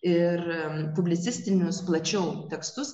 ir publicistinius plačiau tekstus